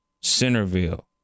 Centerville